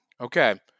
Okay